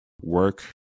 work